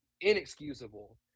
inexcusable